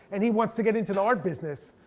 and he wants to get into the art business.